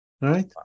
Right